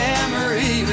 Memory